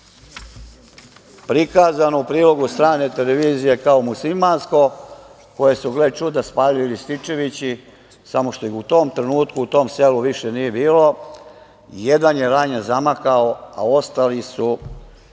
prikazano u prilogu strane televizije kao muslimansko koje su, gle čuda, spalili Rističevići, samo što ih u tom trenutku u tom selu više nije bilo. Jedan je ranjen zamakao, a ostali su